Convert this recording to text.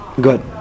good